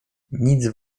nic